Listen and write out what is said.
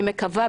אני מקווה,